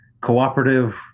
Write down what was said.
cooperative